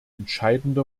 entscheidende